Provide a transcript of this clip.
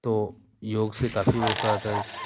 तो योग से काफ़ी होता